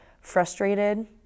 frustrated